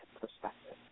perspective